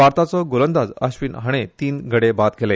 भारताचो गोलंदाज आश्विन हाणें तीन गडे बाद केले